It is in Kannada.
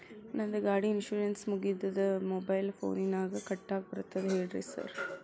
ನಂದ್ ಗಾಡಿದು ಇನ್ಶೂರೆನ್ಸ್ ಮುಗಿದದ ಮೊಬೈಲ್ ಫೋನಿನಾಗ್ ಕಟ್ಟಾಕ್ ಬರ್ತದ ಹೇಳ್ರಿ ಸಾರ್?